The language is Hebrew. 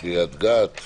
קריית גת,